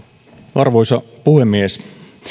arvoisa puhemies